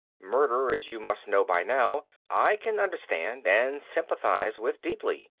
murder, as you must know by now, i can understand and sympathize with deeply,